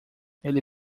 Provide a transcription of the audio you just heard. ele